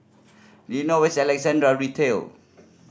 do you know where is Alexandra Retail